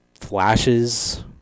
flashes